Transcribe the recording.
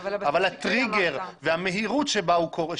אבל הטריגר והמהירות בה הוא קורה,